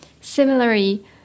similarly